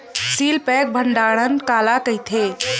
Seal pack भंडारण काला कइथे?